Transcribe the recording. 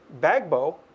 Bagbo